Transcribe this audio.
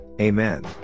Amen